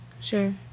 Sure